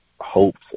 hopes